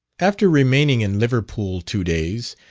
after remaining in liverpool two days,